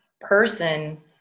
person